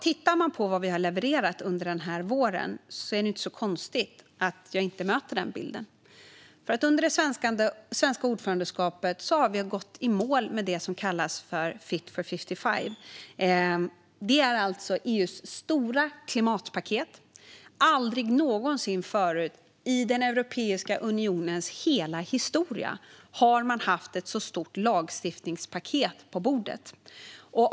Tittar man på vad vi har levererat under denna vår är det inte så konstigt att jag inte möter denna bild. Under det svenska ordförandeskapet har vi nämligen gått i mål med det som kallas Fit for 55. Det är alltså EU:s stora klimatpaket. Aldrig någonsin förut i Europeiska unionens hela historia har man haft ett så stort lagstiftningspaket på bordet.